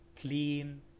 clean